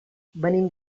venim